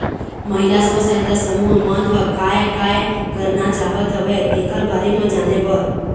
महिला स्व सहायता समूह मन ह काय काय करना चाहत हवय तेखर बारे म जाने बर